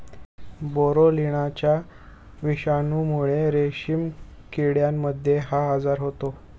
बोरोलिनाच्या विषाणूमुळे रेशीम किड्यांमध्ये हा आजार होतो